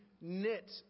knit